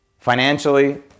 financially